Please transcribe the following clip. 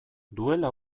duela